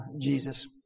Jesus